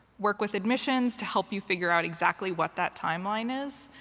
work with admissions to help you figure out exactly what that timeline is.